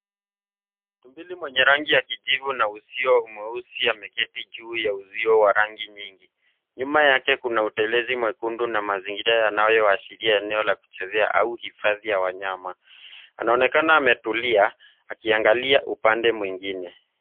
Tumbili mwenye rangi ya kijivu na uso mweusi ameketi juu ya uzio wa rangi nyingi. Nyuma yake kuna utelezi mwekundu na mazingira yanayoashiria eneo la kuchezea au hifadhi ya wanyama. Anaonekana ametulia akiangalia upande mwingine.